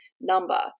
number